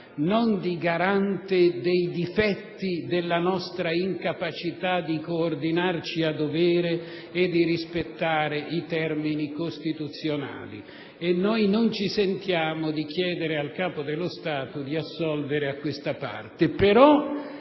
non di garante dei difetti della nostra incapacità di coordinarci a dovere e di rispettare i termini costituzionali. Non ci sentiamo di chiedere al Capo dello Stato di assolvere questa parte.